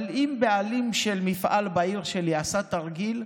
אבל אם בעלים במפעל בעיר שלי עשה תרגיל,